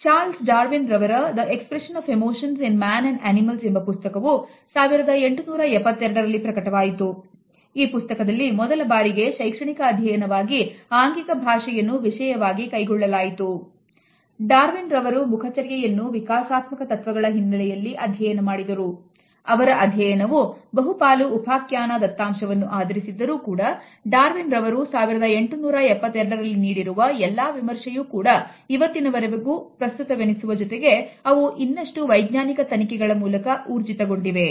Charles Darwin ರವರ The Expression of the Emotions in Man and Animals ಎಂಬ ಪುಸ್ತಕವು 1872 ರಲ್ಲಿಅವರ ಅಧ್ಯಯನವು ಬಹುಪಾಲು ಉಪಾಖ್ಯಾನ ದತ್ತಾಂಶವನ್ನು ಆಧರಿಸಿದ್ದರೂ ಕೂಡ ಡಾರ್ವಿನ್ ರವರು 1872 ರಲ್ಲಿ ನೀಡಿರುವ ಎಲ್ಲಾ ವಿಮರ್ಶೆಯೂ ಕೂಡ ಇವತ್ತಿನವರೆಗೂ ಪ್ರಸ್ತುತವೆನಿಸುವ ಜೊತೆಗೆ ಅವು ಇನ್ನಷ್ಟು ವೈಜ್ಞಾನಿಕ ತನಿಖೆಗಳ ಮೂಲಕ ಊರ್ಜಿತಗೊಂಡಿವೆ